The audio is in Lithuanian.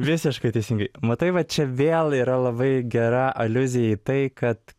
visiškai teisingai matai va čia vėl yra labai gera aliuzija į tai kad